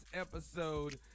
episode